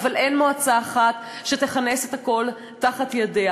אבל אין מועצה אחת שתכנס את הכול תחת ידיה.